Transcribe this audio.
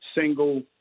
single